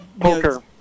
poker